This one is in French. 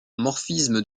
morphisme